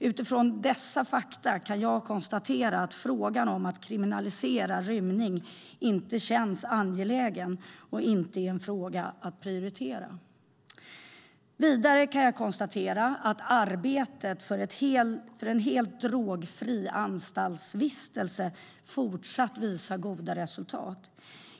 Utifrån dessa fakta kan jag konstatera att frågan om att kriminalisera rymning inte känns angelägen och att detta inte är en fråga att prioritera. Vidare kan jag konstatera att arbetet för en helt drogfri anstaltsvistelse fortsatt visar goda resultat.